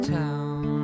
town